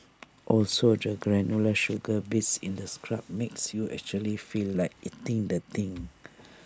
also the granular sugar bits in the scrub makes you actually feel like eating the thing